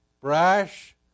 brash